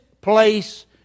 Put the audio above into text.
place